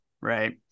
Right